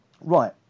Right